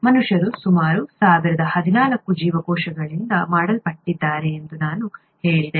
ಮನುಷ್ಯರು ಸುಮಾರು 1014 ಜೀವಕೋಶಗಳಿಂದ ಮಾಡಲ್ಪಟ್ಟಿದ್ದಾರೆ ಎಂದು ನಾನು ಹೇಳಿದೆ